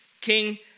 King